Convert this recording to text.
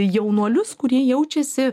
jaunuolius kurie jaučiasi